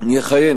יכהן